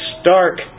stark